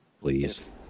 please